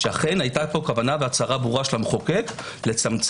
שאכן היתה פה כוונה והצהרה ברורה של המחוקק לצמצם